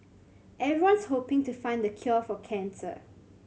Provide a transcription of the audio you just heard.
everyone's hoping to find the cure for cancer